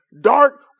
dark